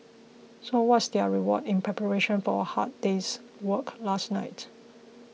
so what's their reward in preparation for a hard day's work last night